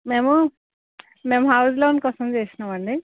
మేము మేము house loan కోసం చేశామండి